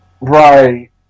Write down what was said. Right